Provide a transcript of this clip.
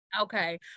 Okay